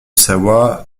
savoie